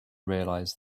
realize